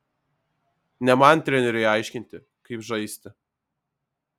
ne man treneriui aiškinti kaip žaisti